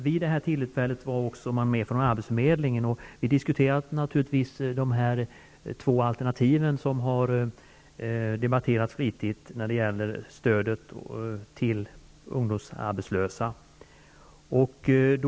Vid det här tillfället var också representanter från arbetsförmedlingen med, och vi diskuterade naturligtvis de två alternativ när det gäller stödet till ungdomsarbetslösa som har debatterats flitigt.